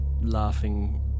laughing